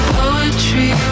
poetry